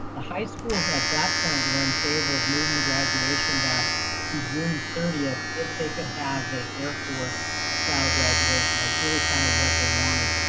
the high schools at that point were in favor of moving graduation back to june thirtieth if they could have the air force style graduation, that's really kind of what they wanted,